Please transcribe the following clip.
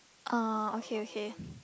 uh okay okay